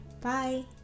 Bye